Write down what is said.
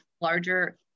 larger